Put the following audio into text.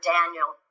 Daniel